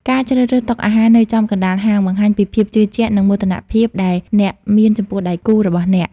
ការជ្រើសរើសតុអាហារនៅចំកណ្ដាលហាង បង្ហាញពីភាពជឿជាក់ និងមោទនភាពដែលអ្នកមានចំពោះដៃគូរបស់អ្នក។